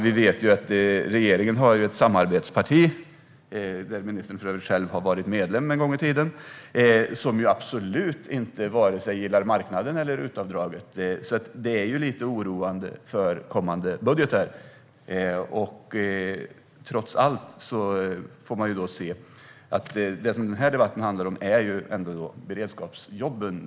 Vi vet att regeringen har ett samarbetsparti, där ministern själv har varit medlem en gång i tiden, som absolut inte gillar vare sig marknaden eller RUT-avdraget. Det är lite oroande för kommande budgetar. Det som den här debatten handlar om är de statliga beredskapsjobben.